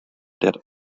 der